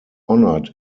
honored